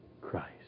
Christ